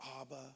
Abba